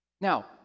Now